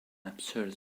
absurd